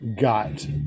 got